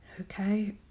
Okay